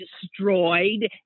destroyed